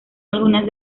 algunas